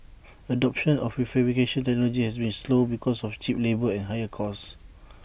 adoption of prefabrication technology has been slow because of cheap labour and higher cost